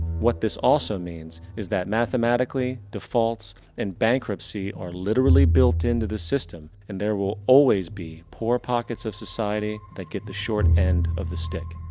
what this also means, is that mathematically defaults and bankruptcy are literally built into the system. and there will always be poor pockets of society society that get the short end of the stick.